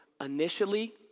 initially